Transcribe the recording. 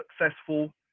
successful